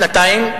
שנתיים,